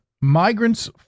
migrants